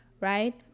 right